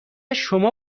شما